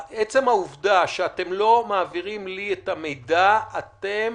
עצם העובדה שאתם לא מעבירים לי את המידע, אתם